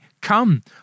Come